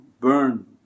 burn